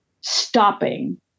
stopping